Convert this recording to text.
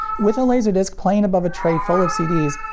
with a laserdisc playing above a tray full of cds,